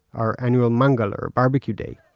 our annual mangal or barbeque day.